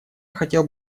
хотел